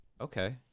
Okay